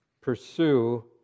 pursue